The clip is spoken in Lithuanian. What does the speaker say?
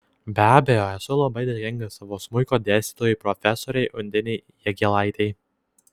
be abejo esu labai dėkinga savo smuiko dėstytojai profesorei undinei jagėlaitei